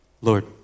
Lord